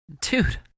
Dude